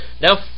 Now